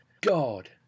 God